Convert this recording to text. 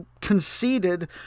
conceded